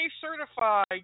certified